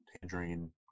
tangerine